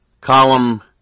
column